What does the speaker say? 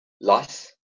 loss